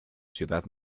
ciudad